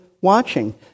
watching